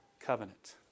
covenant